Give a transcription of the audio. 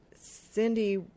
Cindy